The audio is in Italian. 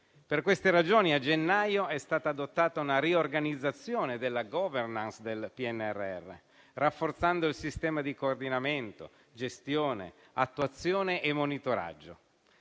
Per queste ragioni a gennaio è stata adottata una riorganizzazione della *governance* del PNRR, rafforzando il sistema di coordinamento, gestione, attuazione e monitoraggio.